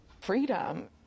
freedom